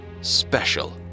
special